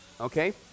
okay